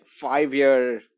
five-year